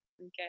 okay